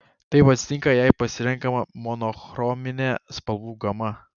taip atsitinka jei pasirenkama monochrominė spalvų gama